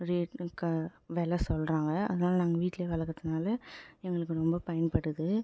ஒரு எட் க வில சொல்கிறாங்க அதனால் நாங்கள் வீட்டில் வளர்க்கறதுனால எங்களுக்கு ரொம்ப பயன்படுது